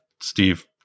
Steve